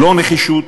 לא נחישות,